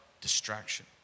distraction